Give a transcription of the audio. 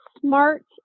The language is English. smart